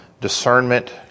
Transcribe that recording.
discernment